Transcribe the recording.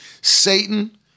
Satan